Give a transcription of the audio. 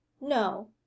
no